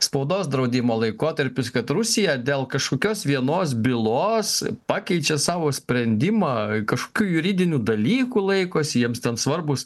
spaudos draudimo laikotarpis kad rusija dėl kažkokios vienos bylos pakeičia savo sprendimą kažkokių juridinių dalykų laikosi jiems ten svarbūs